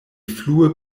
flue